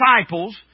disciples